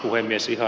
puhemies